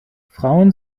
frauen